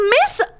Miss